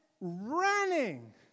running